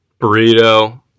burrito